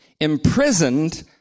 imprisoned